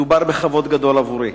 מדובר בכבוד גדול עבורי.